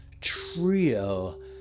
trio